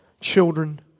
children